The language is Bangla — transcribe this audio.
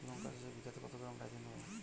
লঙ্কা চাষে বিঘাতে কত গ্রাম ডাইথেন দেবো?